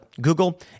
Google